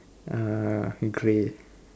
uh grey